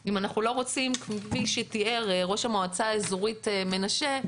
אם אנחנו לא רוצים כפי שתיאר ראש המועצה האזורית מנשה,